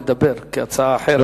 לדבר כהצעה אחרת.